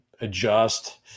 adjust